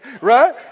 right